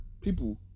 people